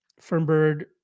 Fernbird